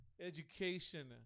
education